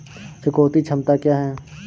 चुकौती क्षमता क्या है?